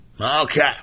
Okay